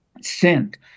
sent